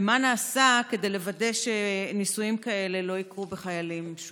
4. מה נעשה כדי לוודא שניסויים כאלה לא ייערכו שוב בחיילים?